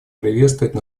приветствовать